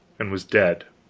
and was dead.